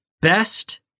best